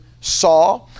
saw